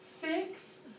Fix